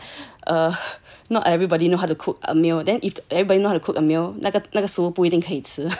err but not everybody know how to cook a meal then if everybody know how to cook a meal 那个那个食物不一定可以吃